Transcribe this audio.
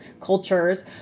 cultures